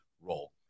role